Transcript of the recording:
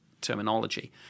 terminology